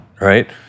right